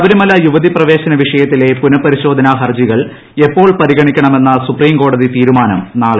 ശബരിമല യുവതി പ്രവ്യേശന് വിഷയത്തിലെ പുനഃപരിശോധന ഹർജിക്കൾ എപ്പോൾ പരിഗണിക്കണമെന്ന സുപ്രീംകോടതി ത്തീരുമാനം നാളെ